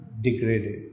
degraded